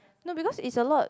no because is a lot